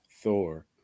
Thor